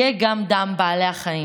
יהיה גם דם בעלי החיים".